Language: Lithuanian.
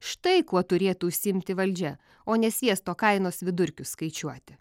štai kuo turėtų užsiimti valdžia o ne sviesto kainos vidurkius skaičiuoti